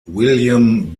william